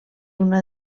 una